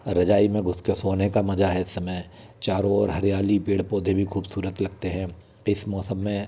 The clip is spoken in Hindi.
रज़ाई में घुस के सोने का मज़ा है समय चारों ओर हरयाली पेड़ पौधे भी ख़ूबसूरत लगते हैं इस मौसम में